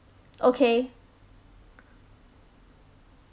okay